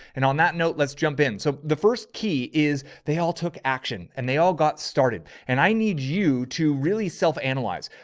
and on that note, let's jump in. so the first key is they all took action and they all got started and i need you to really self-analyze.